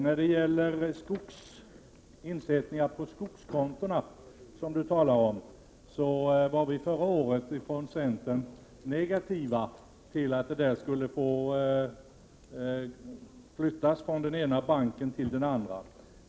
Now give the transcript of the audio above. När det gäller insättning på skogskonto var vi förra året inom centern oroliga när det gällde överflyttning av pengarna från den ena banken till den andra.